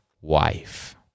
wife